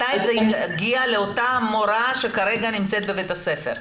מתי זה יגיע לאותה מורה שכרגע נמצאת בבית הספר?